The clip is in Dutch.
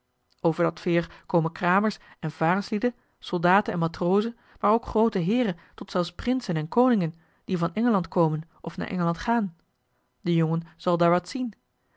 over dat veer komen kramers en varenslieden soldaten en matrozen maar ook groote heeren tot zelfs prinsen en koningen die van engeland komen of naar engeland gaan de jongen zal daar wat zien